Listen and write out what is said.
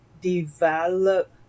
develop